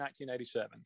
1987